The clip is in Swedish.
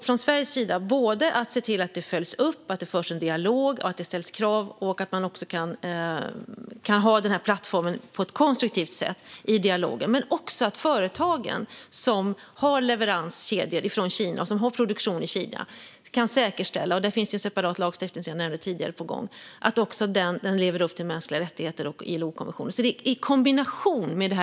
Från Sveriges sida avser vi att se till att det följs upp, att det förs en dialog, att det ställs krav och att man också kan ha denna plattform på ett konstruktivt sätt i dialogen, liksom att de företag som har leveranskedjor från Kina och produktion i Kina kan säkerställa att de lever upp till mänskliga rättigheter och ILO-konventionen.